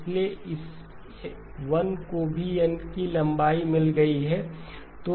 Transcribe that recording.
इसलिए इस 1 को भी N लंबाई मिल गई है